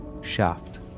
shaft